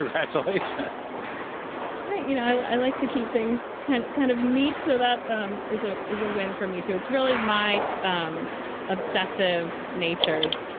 that's all. that's right you know, i like to keep things kind of kind of neat. so that um is a is a win for me, too. it's really my um obsessive natures.